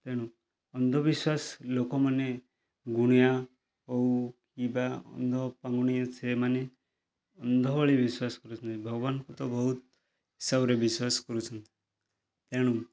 ତେଣୁ ଅନ୍ଧ ବିଶ୍ଵାସ ଲୋକମାନେ ଗୁଣିଆ ଓ ଇବା ଅନ୍ଧ ପାଙ୍ଗୁଣୀ ସେମାନେ ଅନ୍ଧ ଭଳି ବିଶ୍ଵାସ କରୁଛନ୍ତି ଭଗବାନଙ୍କୁ ତ ବହୁତ ହିସାବରେ ବିଶ୍ଵାସ କରୁଛନ୍ତି ଏଣୁ